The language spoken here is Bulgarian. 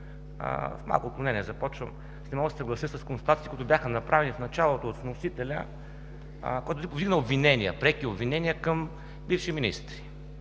с малко отклонение започвам, не мога да се съглася с констатациите, които бяха направени в началото от вносителя, който повдигна обвинения, преки обвинения към бивши министри.